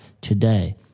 today